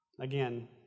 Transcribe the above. Again